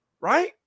right